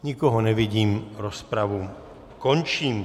Nikoho nevidím, rozpravu končím.